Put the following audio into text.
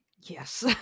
Yes